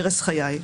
הרס חיי.